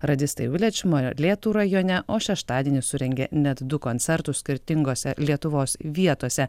radistai village molėtų rajone o šeštadienį surengė net du koncertus skirtingose lietuvos vietose